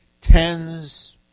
tens